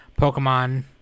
pokemon